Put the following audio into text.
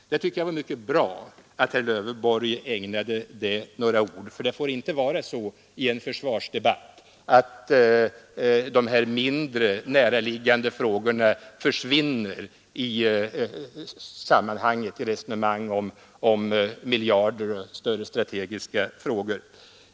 Jag tycker att det var mycket bra att herr Lövenborg ägnade det några ord, för det får inte vara så i en försvarsdebatt att de mindre, näraliggande frågorna försvinner i resonemang om miljarder och större strategiska frågor.